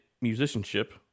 musicianship